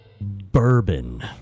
bourbon